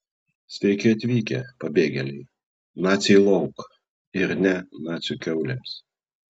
sveiki atvykę pabėgėliai naciai lauk ir ne nacių kiaulėms